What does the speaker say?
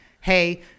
Hey